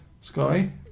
Sky